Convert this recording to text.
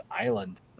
island